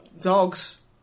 dogs